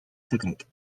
secret